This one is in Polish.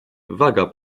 waga